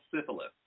syphilis